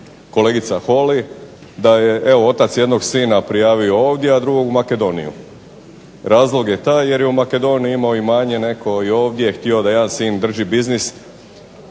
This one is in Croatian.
kolegica Holy da je otac jednog sina prijavio ovdje, a drugog u Makedoniju. Razlog je taj jer je u Makedoniji imao imanje netko i ovdje je htio da jedan sin drži biznis